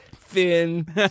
thin